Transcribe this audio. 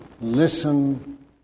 listen